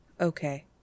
okay